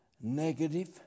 negative